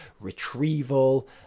retrieval